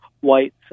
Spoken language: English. white